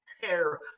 hair